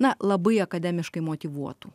na labai akademiškai motyvuotu